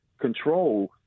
control